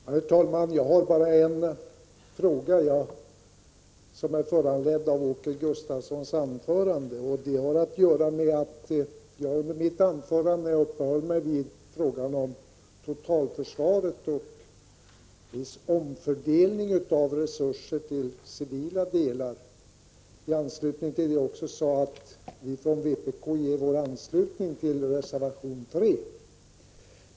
Herr talman! Jag har bara en fråga, som är föranledd av Åke Gustavssons anförande. Den har att göra med att jag i mitt anförande upphöll mig vid frågan om totalförsvaret och viss omfördelning av resurser till civila delar. I det sammanhanget sade jag också att vi i vpk ger vår anslutning till reservation 3.